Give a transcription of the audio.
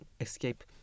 escape